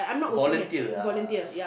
volunteer ah